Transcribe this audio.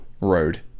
road